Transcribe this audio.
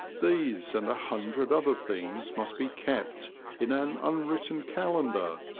these and a hundred other things must be kept in an unwritten calendar,